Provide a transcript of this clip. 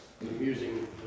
amusing